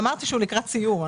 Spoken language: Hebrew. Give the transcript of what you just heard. אמרתי שהוא לקראת סיום.